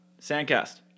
Sandcast